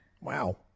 Wow